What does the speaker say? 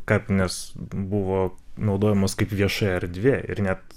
kapinės buvo naudojamos kaip vieša erdvė ir net